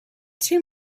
two